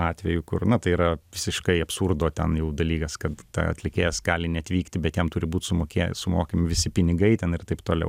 atvejų kur na tai yra visiškai absurdo ten jau dalykas kad ta atlikėjas gali neatvykti bet jam turi būt sumokėję sumokami visi pinigai ten ir taip toliau